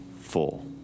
full